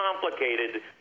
complicated